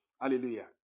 Hallelujah